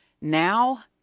now